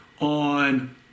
on